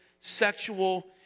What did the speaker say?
sexual